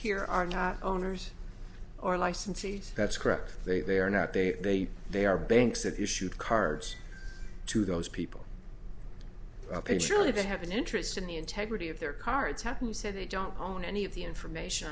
here are not owners or licensees that's correct they they are not they they they are banks that issued cards to those people ok surely they have an interest in the integrity of their cards happen you say they don't own any of the information